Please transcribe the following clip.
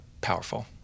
powerful